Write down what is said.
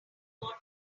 what